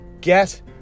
get